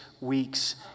weeks